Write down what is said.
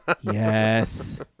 Yes